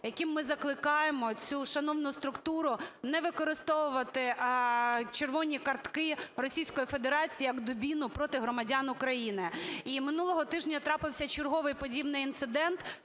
яким ми закликаємо цю шановну структуру не використовувати "червоні картки" Російської Федерації, як "дубіну", проти громадян України. І минулого тижня трапився черговий подібний інцидент